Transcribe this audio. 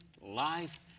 life